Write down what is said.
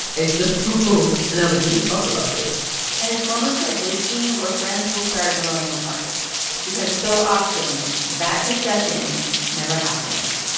and so and i was like, we should talk about this and it's moments like this, gene, where friends will start growing apart because so often, that discussion never happens.